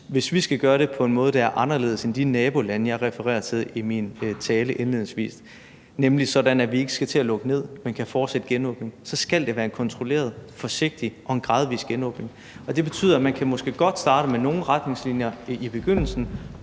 Hvis vi skal gøre det på en måde, der er anderledes end i de nabolande, jeg refererede til i min tale indledningsvis, sådan at vi ikke skal til at lukke ned, men kan fortsætte genåbningen, så skal det være en kontrolleret, forsigtig og gradvis genåbning. Det betyder, at man måske godt kan starte med nogle retningslinjer i begyndelsen,